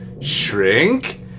Shrink